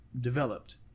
developed